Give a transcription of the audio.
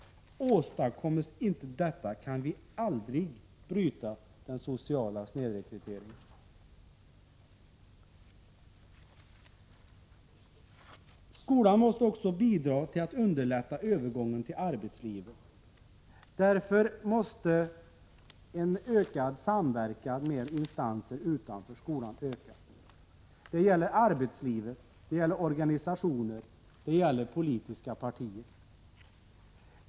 Åstadkommes inte detta kan vi aldrig bryta den sociala snedrekryteringen. Skolan måste också bidra till att underlätta övergången till arbetslivet. Därför måste en ökad samverkan med instanser utanför skolan ske. Det gäller arbetslivet, organisationerna och de politiska partierna.